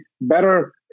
better